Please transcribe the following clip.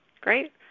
great